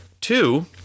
Two